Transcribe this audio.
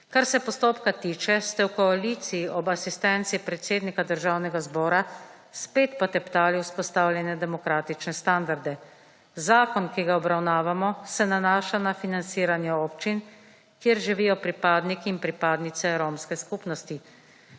Kar se postopka tiče, ste v koaliciji ob asistenci predsednika Državnega zbora spet poteptali vzpostavljene demokratične standarde. Zakon, ki ga obravnavamo, se nanaša na financiranje občin, kjer živijo pripadniki in pripadnice romske skupnosti.